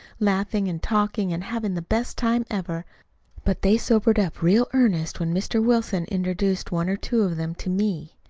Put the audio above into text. laughing and talking, and having the best time ever but they sobered up real earnest when mr. wilson introduced one or two of them to me.